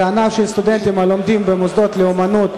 וזה הענף של הסטודנטים הלומדים במוסדות לאמנות,